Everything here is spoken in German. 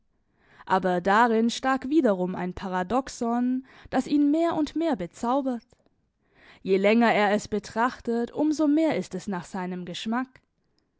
aber darin stak wiederum ein paradoxon das ihn mehr und mehr bezaubert je länger er es betrachtet um so mehr ist es nach seinem geschmack